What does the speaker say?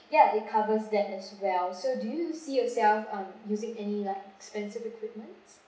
yeah it covers that as well so do you see yourself um using any like expensive equipment